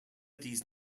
these